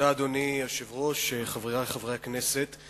אדוני היושב-ראש, תודה, חברי חברי הכנסת,